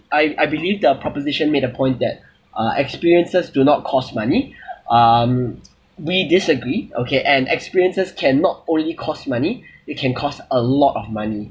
I I believe the proposition made a point that uh experiences do not cost money um we disagree okay and experiences can not only costs money it can costs a lot of money